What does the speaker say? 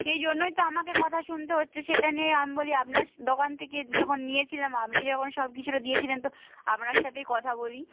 সেই জন্যই তো আমাকে কথা শুনতে হচ্ছে সেটা নিয়েই আমি বলি আপনার দোকান থেকে যখন নিয়েছিলাম আপনি যখন সব কিছুটা দিয়েছিলেন তো আপনার সাথেই কথা বলি